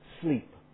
sleep